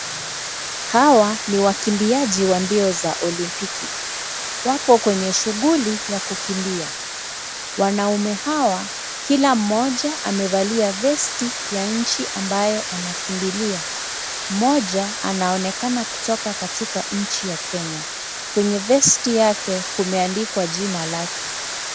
Hawa ni wakimbiaji wa mbio za Olimpiki. Wako kwenye shughuli ya kukimbia. Wanaume hawa kila mmoja amevalia vesti ya nchi ambayo anakimbilia. Mmoja anaonekana kutoka katika nchi ya Kenya. Kwenye vesti yake kumeandikwa jina lake.